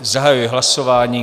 Zahajuji hlasování.